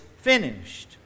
finished